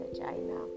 China